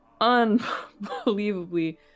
unbelievably